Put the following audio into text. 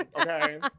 Okay